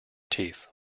teeth